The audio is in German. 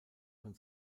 von